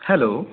hello